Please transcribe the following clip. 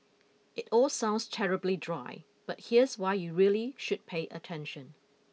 it all sounds terribly dry but here's why you really should pay attention